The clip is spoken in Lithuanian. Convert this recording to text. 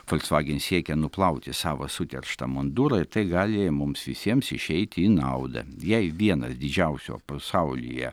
folksvagen siekia nuplauti savo suterštą mundurą ir tai gali mums visiems išeiti į naudą jei vienas didžiausio pasaulyje